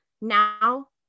Now